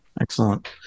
Excellent